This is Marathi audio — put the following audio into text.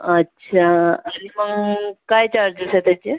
अच्छा तरीपण काय चार्जेस आहे त्याचे